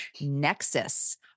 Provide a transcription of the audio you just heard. nexus